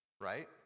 right